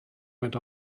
went